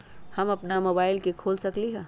हम अपना मोबाइल से खोल सकली ह?